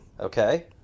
Okay